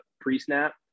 pre-snap